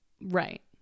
right